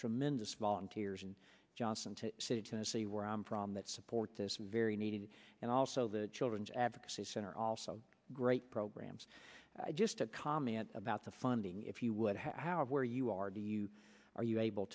tremendous volunteers and johnson city tennessee where i'm from that support this very needed and also the children's advocacy center also great programs just a comment about the funding if you would have how or where you are do you are you able